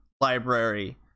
library